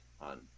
on